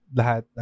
lahat